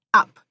up